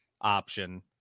option